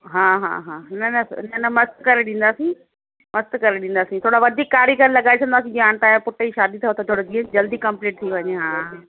हा हा हा न न न न मस्तु करे ॾींदासीं मस्तु करे ॾींदासीं थोरा वधीक कारीगर लॻाए छॾंदासीं जीअं हाणे तव्हांजे पुटु जी शादी अथव त थोरो जीअं जल्दी कंप्लीट थी वञे हा